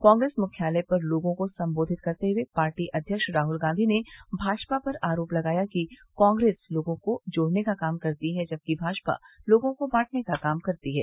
कांप्रेस मुख्यालय पर लोगों को संबोधित करते हुए पार्टी अध्यक्ष राहुल गांधी ने भाजपा पर आरोप लगाया कि कांग्रेस लोगों को जोड़ने का काम करती है जबकि भाजपा लोगों को बांटने का काम करती है